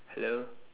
hello